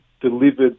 delivered